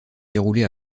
dérouler